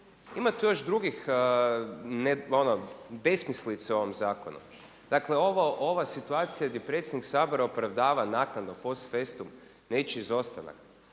Ima tu još drugih besmislica u ovom zakonu. Dakle ova situacija gdje predsjednik Sabora opravdava naknadno post festum nečiji izostanak.